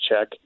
check